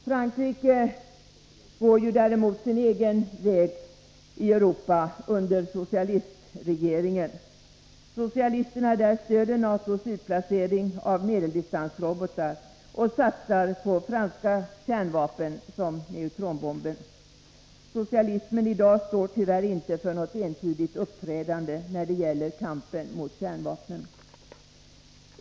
Frankrike går däremot sin egen väg i Europa under socialistregeringen. Socialisterna där stöder NATO:s utplacering av medeldistansrobotar och satsar på franska kärnvapen som neutronbomben. Socialismen står i dag tyvärr inte för något entydigt uppträdande när det gäller kampen mot kärnvapnen.